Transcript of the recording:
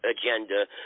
agenda